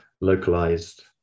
localized